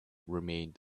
remained